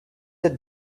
the